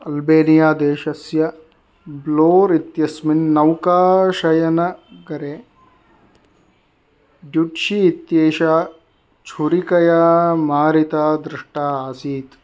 अल्बेनियादेशस्य Vlore इत्यस्मिन् नौकाशयनगरे ड्युड्शी इत्येषा छुरिकया मारिता दृष्टा आसीत्